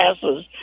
passes